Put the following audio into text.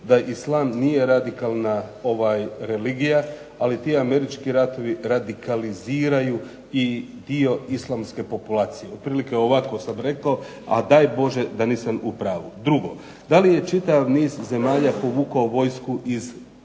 da islam nije radikalna religija, ali ti američki ratovi radikaliziraju i dio islamske populacije. Otprilike ovako sam rekao, a daj Bože da nisam u pravu. Drugo, da li je čitav niz zemalja povukao vojsku iz Iraka?